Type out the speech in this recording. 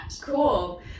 Cool